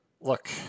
look